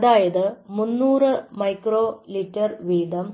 അതായത് 300 µl വീതം